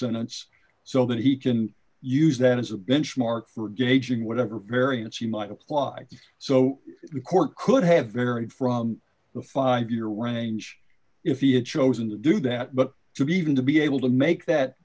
sentence so that he can use that as a benchmark for gauging whatever variance he might apply so the court could have varied from the five year range if he had chosen to do that but to be even to be able to make that